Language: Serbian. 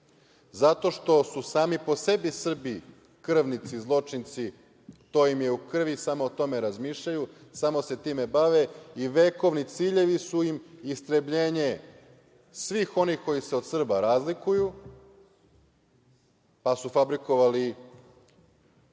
zato što su sami po sebi Srbi krvnici, zločinci, to im je u krvi, samo o tome razmišljaju, samo se time bavi i vekovni ciljevi su im istrebljenje svih onih koji se od Srba razlikuju. Pa su fabrikovali